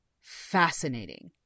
fascinating